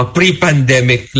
Pre-pandemic